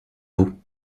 vous